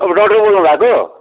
तपाईँ डाक्टर बोल्नुभएको हो